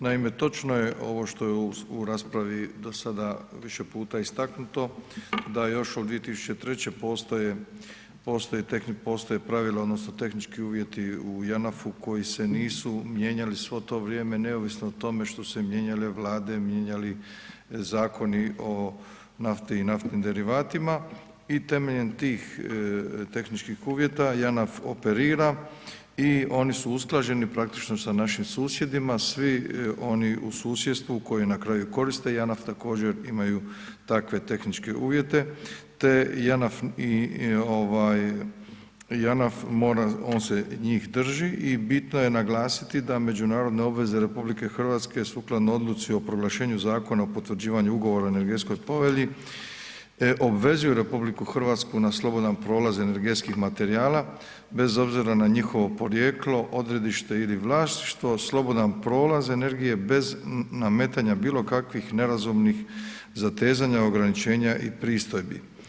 Naime, točno je ovo što je u raspravi do sada više puta istaknuto, da još od 2003. postoje pravila odnosno tehnički uvjeti u Janafu koji se nisu mijenjali svo to vrijeme, neovisno o tome što su se mijenjale Vlade, mijenjali zakoni o nafti i naftnim derivatima i temeljem tih tehničkih uvjeta, Janaf operira i oni su usklađeni praktično sa našim susjedima, svi oni u susjedstvu koji na kraju koriste Janaf, također imaju takve tehničke uvjete te Janaf mora, on se njih drži i bitno je naglasiti da međunarodne obveze RH sukladno Odluci o proglašenju Zakona o potvrđivanju ugovora o energetskoj povelji, obvezuje RH na slobodan prolaz energetskih materijala bez obzira na njihovo porijeklo, odredište ili vlasništvo, slobodan prolaz energije bez nametanja bilo kakvih nerazumnih zatezanja, ograničenja i pristojbi.